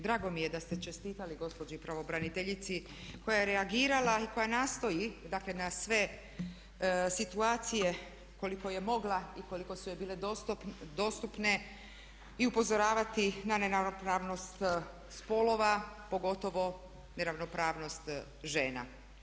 Drago mi je da ste čestitali gospođi pravobraniteljici koja je reagirala i koja nastoji dakle na sve situacije koliko je mogla i koliko su je bile dostupne i upozoravati na ne ravnopravnost spolova pogotovo ne ravnopravnost žena.